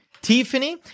Tiffany